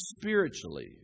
spiritually